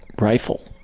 Rifle